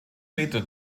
meter